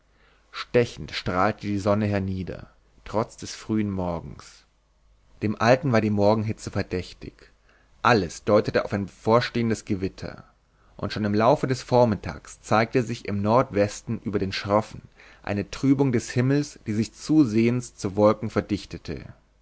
stechend strahlte die sonne hernieder trotz des frühen morgens dem alten war die morgenhitze verdächtig alles deutete auf ein bevorstehendes gewitter und schon im laufe des vormittags zeigte sich im nordwesten über den schroffen eine trübung des himmels die sich zusehends zu wolken verdichtete